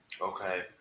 Okay